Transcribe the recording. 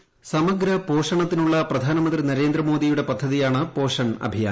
voice സമഗ്ര പോഷണത്തിനുള്ള പ്രധാനമന്ത്രി നരേന്ദ്ര മോദിയുടെ പദ്ധതിയാണ് പോഷൺ അഭിയാൻ